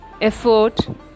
Effort